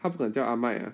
他不敢叫他卖 ah